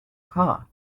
car